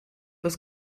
ist